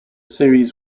series